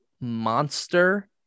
monster